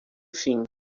fim